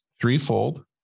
threefold